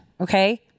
okay